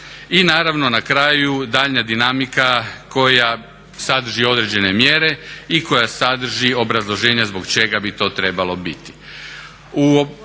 i naravno na kraju daljnja dinamika koja sadrži određene mjere i koja sadrži obrazloženja zbog čega bi to trebalo biti.